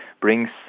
brings